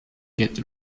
get